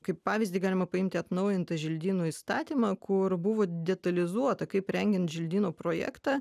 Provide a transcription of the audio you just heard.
kaip pavyzdį galima paimti atnaujintą želdynų įstatymą kur buvo detalizuota kaip rengiant želdyno projektą